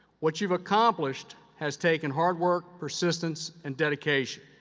what you've accomplished has taken hard work, persistence and dedication.